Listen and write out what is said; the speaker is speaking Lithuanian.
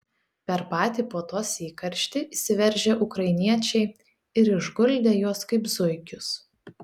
per patį puotos įkarštį įsiveržė ukrainiečiai ir išguldė juos kaip zuikius